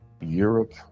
Europe